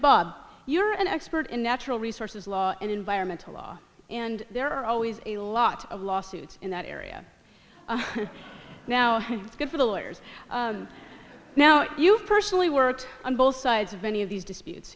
bob you're an expert in natural resources law and environmental law and there are always a lot of lawsuits in that area now good for the lawyers now you've personally worked on both sides of any of these disputes